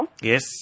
Yes